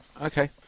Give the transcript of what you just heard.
Okay